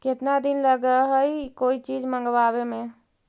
केतना दिन लगहइ कोई चीज मँगवावे में?